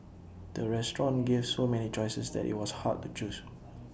the restaurant gave so many choices that IT was hard to choose